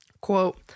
Quote